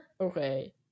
okay